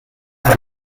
and